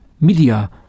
media